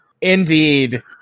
Indeed